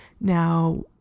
Now